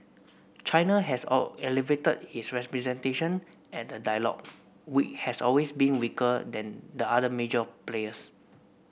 China has all elevated its representation at the dialogue we has always been weaker than the other major players